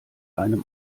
einem